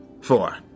Four